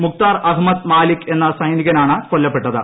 മുക്താർ അഹ്മ്മദ് മാലിക് എന്ന സൈനികനാണ് കൊല്ലപ്പെട്ടത്